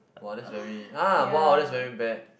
!wah! that's very ah !wow! that's very bad